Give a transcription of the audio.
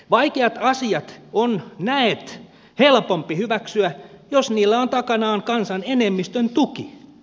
vaikeat asiat on näet helpompi hyväksyä jos niillä on takanaan kansan enemmistön tuki